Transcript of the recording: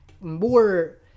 more